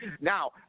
Now